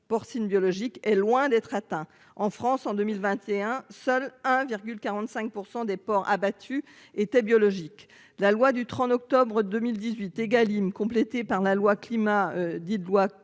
porcine biologique est loin d'être atteint en France en 2021, seul 1,45% des porcs abattus était biologique. La loi du 30 octobre 2018 Egalim complétée par la loi climat dite de